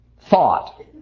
thought